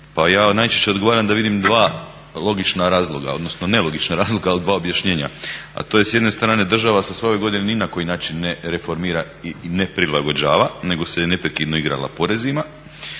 Pa ja najčešće odgovaram da vidim dva logična razloga, odnosno nelogična razloga, ali dva objašnjenja a to je s jedne strane država se sve ove godine ni na koji način ne reformira i ne prilagođava, nego se neprekidno igrala porezima.